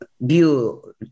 view